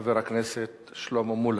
חבר הכנסת שלמה מולה,